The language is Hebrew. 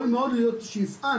יכול מאוד להיות שיפעת,